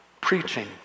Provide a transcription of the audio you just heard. preaching